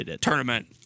tournament